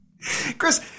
Chris